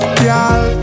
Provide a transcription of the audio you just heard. girl